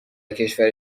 کشور